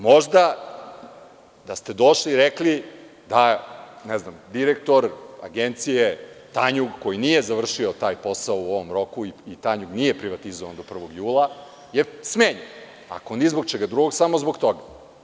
Možda da ste došli i rekli – direktor Agencije Tanjug koji nije završio taj posao u ovom roku i Tanjug nije privatizovan do 1. julaje smenjen, ako ni zbog čega drugog, samo zbog toga.